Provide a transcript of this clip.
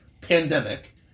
pandemic